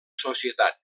societat